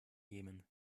jemen